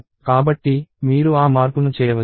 కాబట్టి మీరు ఆ మార్పును చేయవచ్చు